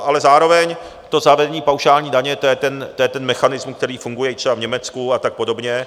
Ale zároveň to zavedení paušální daně, to je ten mechanismus, který funguje i třeba v Německu a tak podobně.